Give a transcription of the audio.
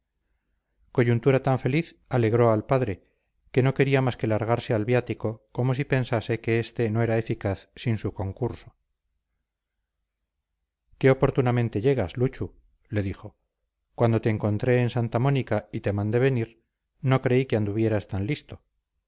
coyuntura tan feliz alegró al padre que no quería más que largarse al viático como si pensara que éste no era eficaz sin su concurso qué oportunamente llegas luchu le dijo cuando te encontré en santa mónica y te mandé venir no creí que anduvieras tan listo